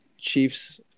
Chiefs